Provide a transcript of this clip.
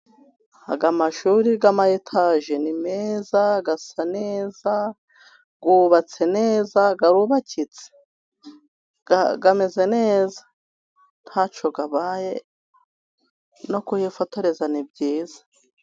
Aya mashuri yama etaje ni meza, asa neza, yubatse neza, arubakitse. Ameze neza ntacyo abaye, no kuhifotoreza ni byiza.